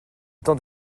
temps